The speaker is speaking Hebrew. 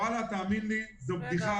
וואלה, תאמין לי, זו בדיחה עצובה.